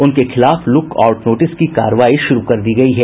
उनके खिलाफ look out notice की कार्रवाई शुरू कर दी गयी है